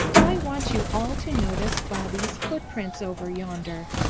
i want you all to notice bobby's footprints over yonder.